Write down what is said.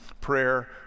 Prayer